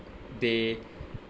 they